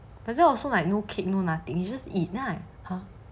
but it also like no kid no nothing you just eat lah !huh!